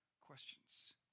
questions